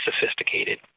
sophisticated